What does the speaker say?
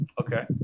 Okay